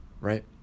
right